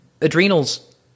adrenals